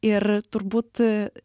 ir turbūt